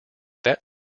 that